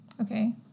Okay